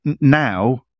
now